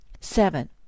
Seven